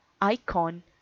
Icon